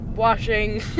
washing